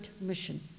mission